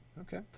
Okay